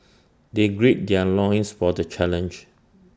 they gird their loins for the challenge